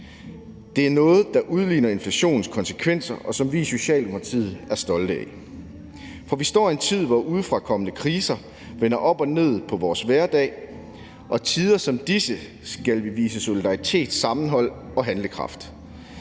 Det er noget, der udligner inflationens konsekvenser, og som vi i Socialdemokratiet er stolte af. Vi står i en tid, hvor udefrakommende kriser vender op og ned på vores hverdag. Og i tider som disse skal vi vise solidaritet, sammenhold og handlekraft.